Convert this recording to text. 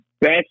best